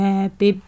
Happy